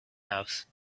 else